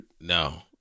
No